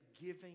giving